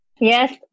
Yes